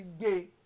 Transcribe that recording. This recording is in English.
gay